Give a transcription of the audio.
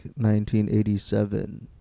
1987